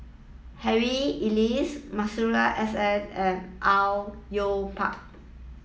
Harry Elias Masuri S N and Au Yue Pak